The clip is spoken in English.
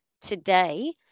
Today